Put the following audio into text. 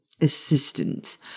Assistance